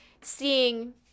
seeing